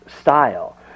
style